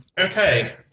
Okay